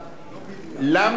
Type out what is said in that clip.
אתה יודע שאתה לא רוצה,